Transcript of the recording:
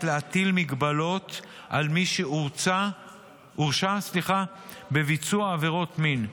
להטיל מגבלות על מי שהורשע בביצוע עבירות מין,